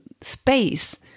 space